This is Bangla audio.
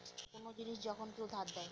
কোন জিনিস যখন কেউ ধার দেয়